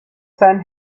sun